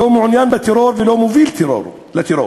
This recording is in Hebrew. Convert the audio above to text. לא מעוניין בטרור ולא מוביל לטרור,